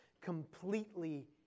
completely